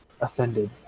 ascended